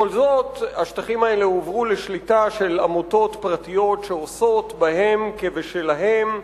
בכל זאת השטחים האלה הועברו לשליטה של עמותות פרטיות שעושות בהם כבשלהן,